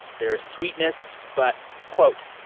there is sweetness but, quote,